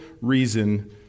reason